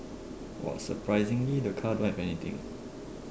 !wah! surprisingly the car don't have anything ah